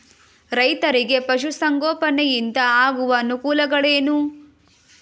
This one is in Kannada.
ರೈತರಿಗೆ ಪಶು ಸಂಗೋಪನೆಯಿಂದ ಆಗುವ ಅನುಕೂಲಗಳೇನು?